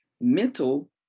Mental